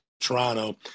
Toronto